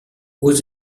aux